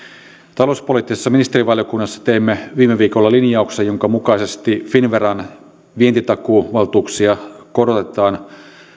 talouspoliittisessa ministerivaliokunnassa teimme viime viikolla linjauksen jonka mukaisesti finnveran vientitakuuvaltuuksia korotetaan